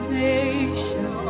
nation